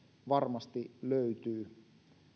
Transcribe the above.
varmasti löytyy